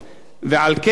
על כן,